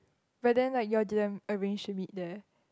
but then like you are didn't arrange to be there